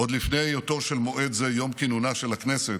עוד לפני היותו של מועד זה יום כינונה של הכנסת,